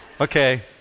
Okay